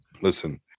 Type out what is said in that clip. listen